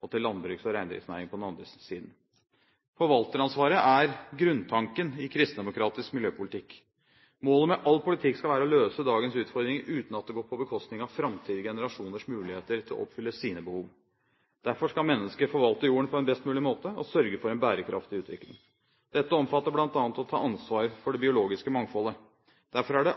og til landbruks- og reindriftsnæringen på den andre siden. Forvalteransvaret er grunntanken i kristendemokratisk miljøpolitikk. Målet med all politikk skal være å løse dagens utfordringer uten at det går på bekostning av framtidige generasjoners muligheter til å oppfylle sine behov. Derfor skal mennesker forvalte jorden på en best mulig måte og sørge for en bærekraftig utvikling. Dette omfatter bl.a. å ta ansvar for det biologiske mangfoldet. Derfor er det